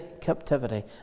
captivity